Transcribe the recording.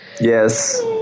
Yes